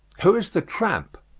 who is the tramp?